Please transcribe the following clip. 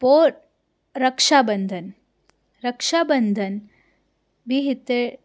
पोइ रक्षाबंधन रक्षाबंधन बि हिते